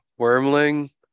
wormling